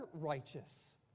righteous